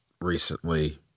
recently